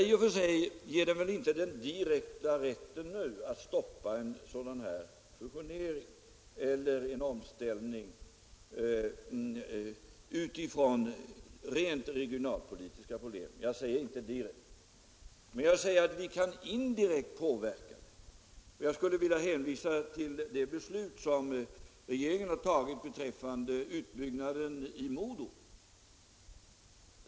I och för sig ger det inte den direkta rätten att på grund av rent regionalpolitiska problem stoppa en fusionering eller en omställning, men vi kan indirekt påverka den. Jag vill hänvisa till regeringens beslut beträffande utbyggnaden av MoDo.